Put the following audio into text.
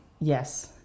yes